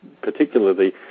particularly